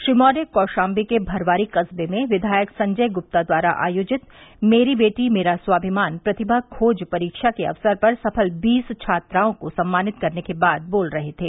श्री मौर्य कौशाम्बी के भरवारी कुखे में विधायक संजय ग्प्ता द्वारा आयोजित मेरी बेटी मेरा स्वाभिमान प्रतिभा खोज परीक्षा के अवसर पर सफल बीस छात्राओं को सम्मानित करने के बाद बोल रहे थे